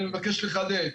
אני מבקש לחדד,